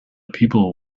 people